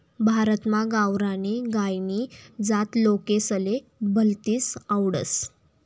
भारतमा गावरानी गायनी जात लोकेसले भलतीस आवडस